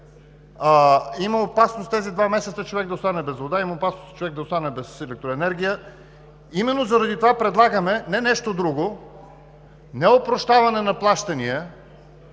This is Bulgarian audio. има опасност в тези два месеца човек да остане без вода, има опасност да остане без електроенергия. Именно заради това предлагаме не нещо друго, не опрощаване на плащания,